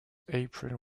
april